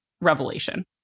revelation